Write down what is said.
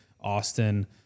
Austin